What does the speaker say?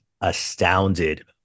astounded